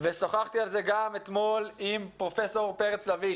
ושוחחתי על זה אתמול עם פרופסור פרץ לביא,